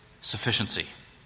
sufficiency